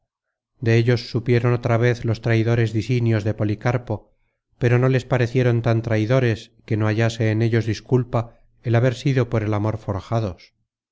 de ellos supieron otra vez los traidores disinios de policarpo pero no les parecieron tan traidores que no hallase en ellos disculpa el haber sido por el amor forjados